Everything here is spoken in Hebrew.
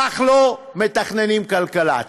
כך לא מתכננים כלכלה.